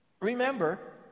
remember